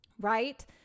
Right